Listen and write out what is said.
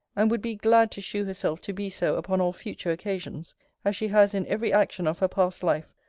and would be glad to shew herself to be so upon all future occasions as she has in every action of her past life,